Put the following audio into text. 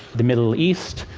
the middle east,